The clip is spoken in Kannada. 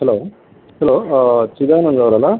hello hello Chidanand ಅವ್ರಲ್ವಾ